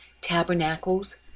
Tabernacles